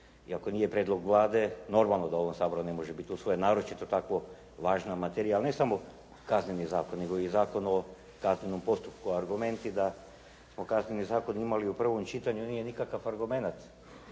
ako nije prijedlog Vlade, normalno da u ovom Saboru ne može biti usvojen, naročito takva važna materija, ali ne samo Kazneni zakon, nego i Zakon o kaznenom postupku, argumenti da smo Kazneni zakon imali u prvom čitanju nije nikakav argument